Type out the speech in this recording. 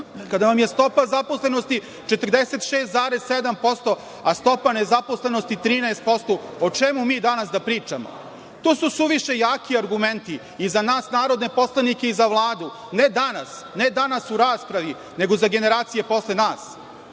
kada vam je stopa zaposlenosti 46,7%, a stopa nezaposlenosti 13%, o čemu mi danas da pričamo? To su suviše jaki argumenti i za nas narodne poslanike i za Vladu, ne danas u raspravi, nego za generacije posle nas.